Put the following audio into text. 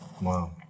Wow